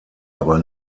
aber